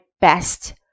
best